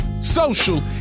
social